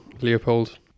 Leopold